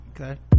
Okay